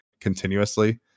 continuously